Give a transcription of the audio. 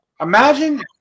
Imagine